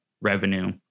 revenue